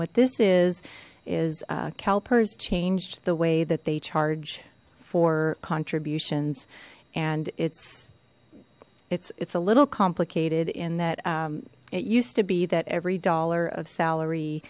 what this is is calpers changed the way that they charge for contributions and it's it's it's a little complicated in that it used to be that every dollar of salary